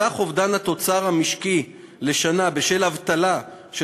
סך אובדן התוצר המשקי לשנה בשל אבטלה של